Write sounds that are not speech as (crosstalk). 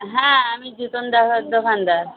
হ্যাঁ আমি জুতোন (unintelligible) দোকানদার